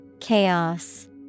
Chaos